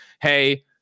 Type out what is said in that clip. hey